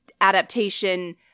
adaptation